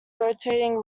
rotating